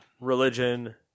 religion